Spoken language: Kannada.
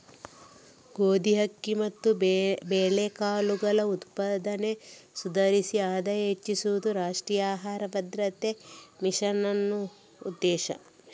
ಗೋಧಿ, ಅಕ್ಕಿ ಮತ್ತು ಬೇಳೆಕಾಳುಗಳ ಉತ್ಪಾದನೆ ಸುಧಾರಿಸಿ ಆದಾಯ ಹೆಚ್ಚಿಸುದು ರಾಷ್ಟ್ರೀಯ ಆಹಾರ ಭದ್ರತಾ ಮಿಷನ್ನ ಉದ್ದೇಶ